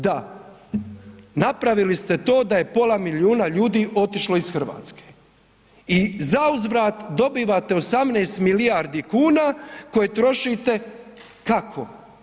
Da, napravili ste to da je pola milijuna ljudi otišlo iz Hrvatske i zauzvrat dobivate 18 milijardi kuna koje trošite kako?